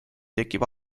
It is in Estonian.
tekib